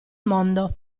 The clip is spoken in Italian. mondo